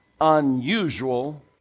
unusual